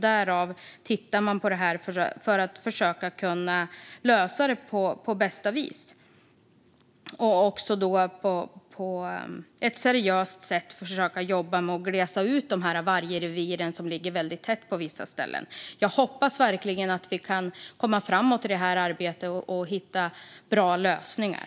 Därför tittar man på det för att försöka lösa det på bästa vis och på ett seriöst sätt försöka jobba med att glesa ut vargreviren, som ligger väldigt tätt på vissa ställen. Jag hoppas verkligen att vi kan komma framåt i det arbetet och hitta bra lösningar.